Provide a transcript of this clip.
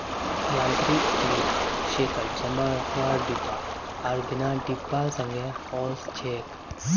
यांत्रिक tree shaker जमा रखवार डिब्बा आर बिना डिब्बार संगे ओसछेक